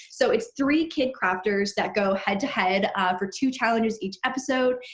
so it's three kid crafters that go head-to-head for two challenges each episode.